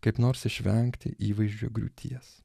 kaip nors išvengti įvaizdžių griūties